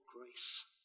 grace